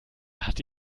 hatte